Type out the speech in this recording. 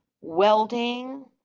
welding